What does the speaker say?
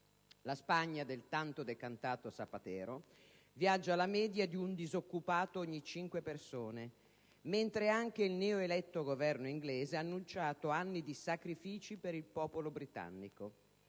La Spagna del tanto decantato Zapatero viaggia alla media di un disoccupato ogni cinque persone, mentre anche il neoeletto Governo inglese ha annunciato anni di sacrifici per il popolo britannico.